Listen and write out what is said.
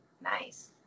Nice